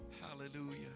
Hallelujah